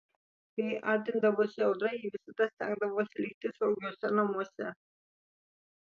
kai artindavosi audra ji visada stengdavosi likti saugiuose namuose